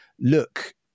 look